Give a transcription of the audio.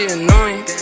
annoying